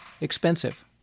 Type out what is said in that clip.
expensive